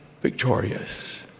victorious